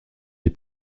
les